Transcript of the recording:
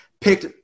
picked